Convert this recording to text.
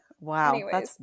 Wow